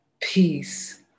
peace